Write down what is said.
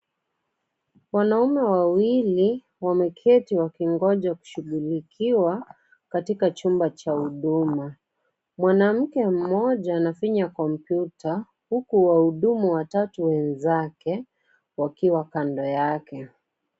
Wanaume wawili wameketi wakingoja kushughulikiwa, katika chumba cha huduma. Mwanamke mmoja anafinya kompyuta , huku wahudumu watatu wenzake, wakiwa kando yake.